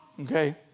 Okay